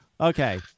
okay